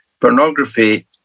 pornography